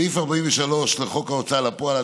סעיף 43 לחוק ההוצאה לפועל,